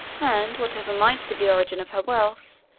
and whatever might be the origin of her wealth,